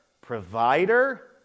provider